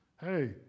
hey